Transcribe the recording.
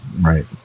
Right